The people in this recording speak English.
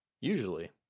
Usually